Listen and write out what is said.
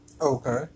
Okay